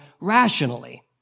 rationally